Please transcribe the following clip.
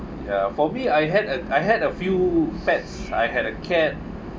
ya for me I had a I had a few pets I had a cat